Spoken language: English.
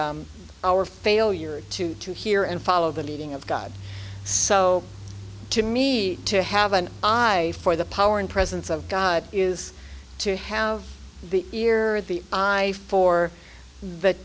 our failure to to hear and follow the leading of god so to me to have an eye for the power and presence of god is to have the ear the